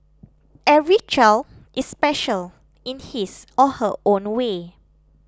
every child is special in his or her own way